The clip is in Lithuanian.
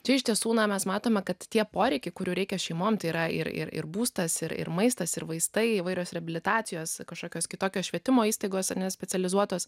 čia iš tiesų na mes matome kad tie poreikiai kurių reikia šeimoms tai yra ir ir ir būstas ir ir maistas ir vaistai įvairios reabilitacijos kažkokios kitokios švietimo įstaigos ar ne specializuotos